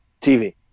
TV